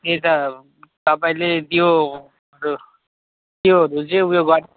त्यही त तपाईँले त्योहरू त्योहरू चाहिँ उयो गर्